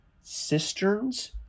cisterns